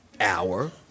hour